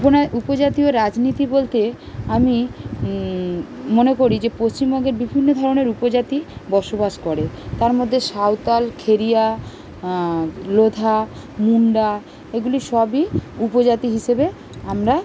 উপ নয় উপজাতীয় রাজনীতি বলতে আমি মনে করি যে পশ্চিমবঙ্গের বিভিন্ন ধরনের উপজাতি বসবাস করে তার মধ্যে সাঁওতাল খেরিয়া লোধা মুন্ডা এগুলি সবই উপজাতি হিসেবে আমরা